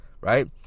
right